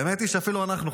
האמת היא שאפילו אנחנו,